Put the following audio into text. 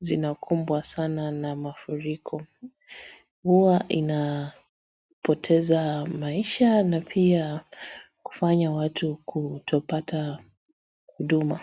zinakumbwa sana na mafuriko huwa ina poteza maisha na pia kufanya watu kutopata huduma.